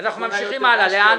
אנחנו ממשיכים הלאה, לאן?